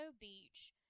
Beach